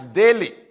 daily